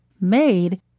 made